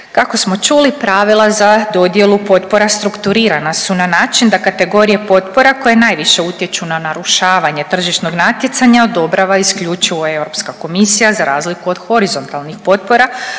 Kako smo čuli pravila za dodjelu potpora strukturirana su na način da kategorije potpora koje najviše utječu na narušavanje tržišnog natjecanja odobrava isključivo Europska komisija za razliku od horizontalnih potpora